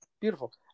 Beautiful